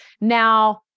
Now